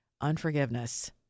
Unforgiveness